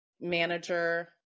manager